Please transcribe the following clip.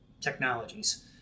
technologies